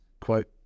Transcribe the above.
Quote